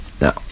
No